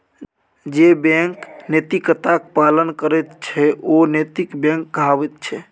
जे बैंक नैतिकताक पालन करैत छै ओ नैतिक बैंक कहाबैत छै